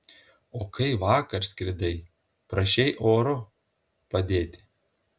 o kai vakar skridai prašei oro padėti